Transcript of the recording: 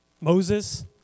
Moses